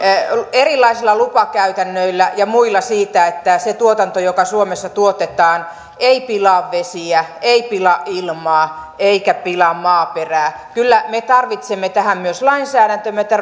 erilaisilla lupakäytännöillä ja muilla siitä että se tuotanto joka suomessa tuotetaan ei pilaa vesiä ei pilaa ilmaa eikä pilaa maaperää kyllä me tarvitsemme tähän myös lainsäädäntöä me